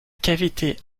cavité